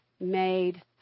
made